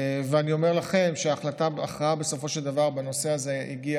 ואני אומר לכם שהכרעה בנושא הזה בסופו של דבר